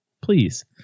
Please